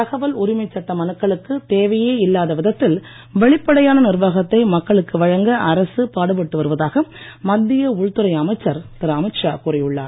தகவல் உரிமை சட்ட மனுக்களுக்கு தேவையே இல்லாத விதத்தில் வெளிப்படையான நிர்வாகத்தை மக்களுக்கு வழங்க அரசு பாடுபட்டு வருவதாக மத்திய உள்துறை அமைச்சர் திரு அமித் ஷா கூறியுள்ளார்